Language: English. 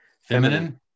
feminine